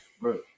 bro